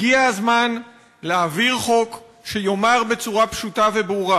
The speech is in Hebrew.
הגיע הזמן להעביר חוק שיאמר בצורה פשוטה וברורה: